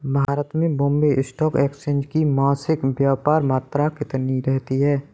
भारत में Bombay stock exchange की मासिक व्यापार मात्रा कितनी रहती है?